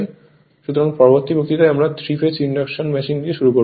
সুতরাং পরবর্তী বক্তৃতায় আমরা 3 ফেজ ইন্ডাকশন মেশিন শুরু করবো